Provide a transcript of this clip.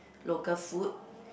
local food